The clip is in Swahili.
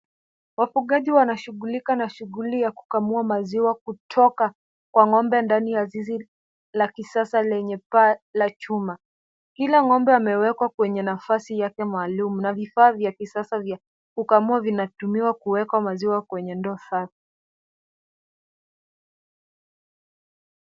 Wafugaji wanashughulika na shughuli ya kukamua maziwa kutoka kwa ng'ombe ndani ya zizi la kisasa lenye paa la chuma. Kila ng'ombe ameekwa kwenye nafasi yake maalum na vifaa vya kisasa vya kukamua vinatumiwa kuweka maziwa kwenye ndoo safi.